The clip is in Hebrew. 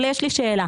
אבל יש לי שאלה.